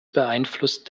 beeinflusst